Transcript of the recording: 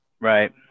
right